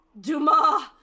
Dumas